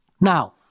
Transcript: Now